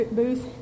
booth